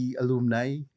alumni